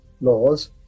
laws